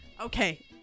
Okay